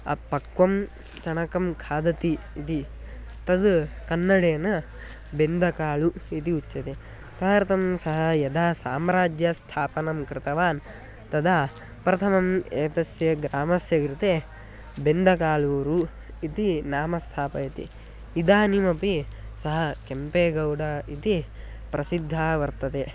अपक्वं चणकं खादति इति तत् कन्नडेन बेन्दकाळु इति उच्यते तदर्थं सः यदा साम्राज्यस्थापनं कृतवान् तदा प्रथमम् एतस्य ग्रामस्य कृते बेन्दकालूरु इति नाम स्थापयति इदानीमपि सः केम्पे गौड इति प्रसिद्धः वर्तते